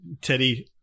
Teddy